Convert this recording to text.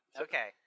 Okay